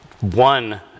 One